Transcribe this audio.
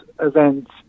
events